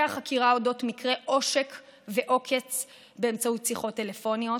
החקירה על מקרה עושק ועוקץ באמצעות שיחות טלפוניות,